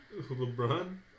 LeBron